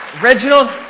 Reginald